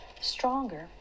stronger